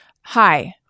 hi